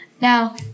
now